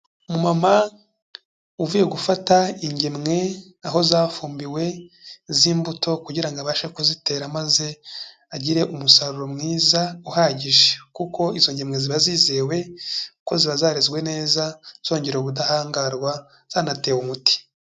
Umumama uvuye gufata ingemwe, aho zafumbiwe z'imbuto, kugira ngo abashe kuzitera maze, agire umusaruro mwiza uhagije. Kuko izo ngemwe ziba zizewe, kuko ziba zarezwe neza zongerewe ubudahangarwa zanatewe umuti.